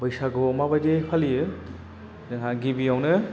बैसागुआव माबादि फालियो जोंहा गिबियावनो